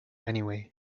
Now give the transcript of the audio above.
anyway